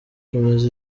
komeza